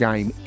Game